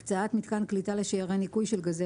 "הקצאת מיתקן קליטה לשיירי ניקוי של גזי